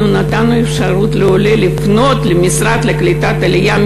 נתנו אפשרות לעולה לפנות למשרד לקליטת העלייה,